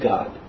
God